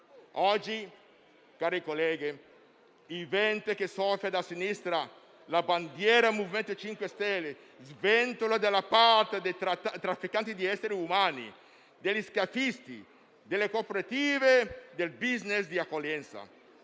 Oggi, cari colleghi, il vento che soffia da sinistra, la bandiera del Movimento 5 Stelle sventola dalla parte dei trafficanti di esseri umani, degli scafisti, delle cooperative del *business* di accoglienza